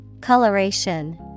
Coloration